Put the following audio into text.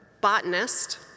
botanist